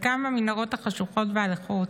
חלקם במנהרות החשוכות והלחות,